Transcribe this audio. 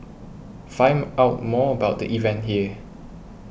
find out more about the event here